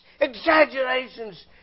Exaggerations